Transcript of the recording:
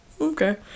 okay